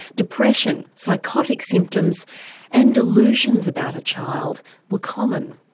depression, psychotic symptoms and delusions about a child were common.